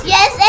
Yes